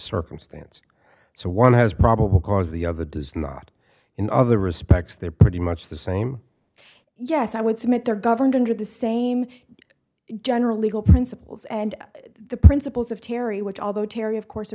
circumstance so one has probable cause the other does not in other respects they're pretty much the same yes i would submit their governed under the same general legal principles and the principles of terry which although terry of course